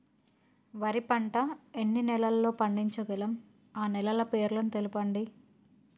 వరి పంట ఎన్ని నెలల్లో పండించగలం ఆ నెలల పేర్లను తెలుపండి?